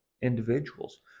individuals